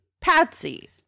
Patsy